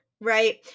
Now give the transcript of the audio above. Right